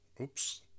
Oops